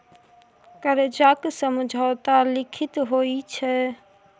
करजाक समझौता लिखित होइ छै